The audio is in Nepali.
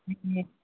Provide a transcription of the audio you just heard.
ए